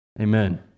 Amen